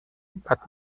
but